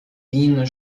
wiener